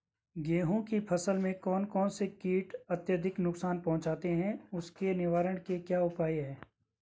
गेहूँ की फसल में कौन कौन से कीट अत्यधिक नुकसान पहुंचाते हैं उसके निवारण के क्या उपाय हैं?